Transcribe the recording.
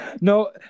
No